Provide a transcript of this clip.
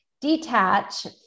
detach